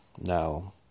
Now